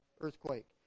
earthquake